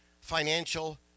financial